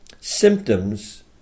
symptoms